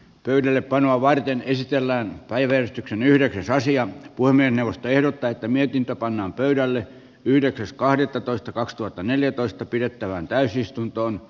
pöydällepanoa varten esitellään päivetyksen yhdeksäs asia voi mennä ehdottaa että mietintö pannaan pöydälle yhdeksäs kahdettatoista kaksituhattaneljätoista pidettävään täysistunto